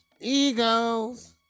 Eagles